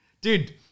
Dude